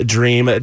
Dream